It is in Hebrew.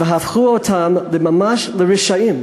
הפכו אותם ממש לרשעים.